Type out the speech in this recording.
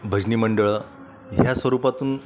भजनी मंडळं ह्या स्वरूपातून